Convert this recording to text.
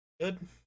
Good